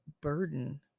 burden